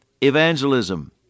evangelism